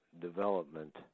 development